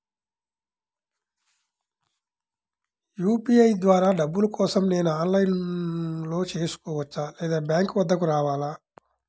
UPI ద్వారా డబ్బులు కోసం నేను ఆన్లైన్లో చేసుకోవచ్చా? లేదా బ్యాంక్ వద్దకు రావాలా?